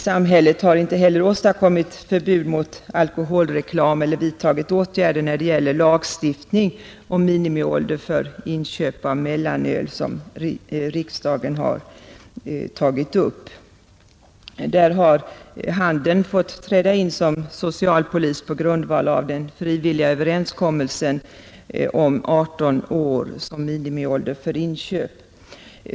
Samhället har inte heller åstadkommit förbud mot alkoholreklam eller vidtagit åtgärder när det gäller lagstiftning om minimiålder för inköp av mellanöl, en fråga som riksdagen har tagit upp. Där har handeln fått träda in som socialpolis på grundval av den frivilliga överenskommelsen om 18 år som minimiålder för inköp.